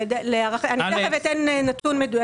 תכף אני אתן נתון.